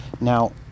now